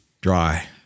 Dry